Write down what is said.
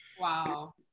Wow